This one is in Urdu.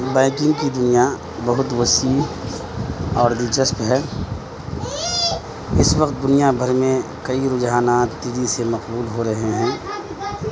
بائکنگ کی دنیا بہت وسیع اور دلچسپ ہے اس وقت دنیا بھر میں کئی رجحانات تیزی سے مقبول ہو رہے ہیں